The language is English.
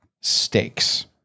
stakes